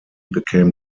became